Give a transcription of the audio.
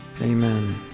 amen